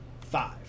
five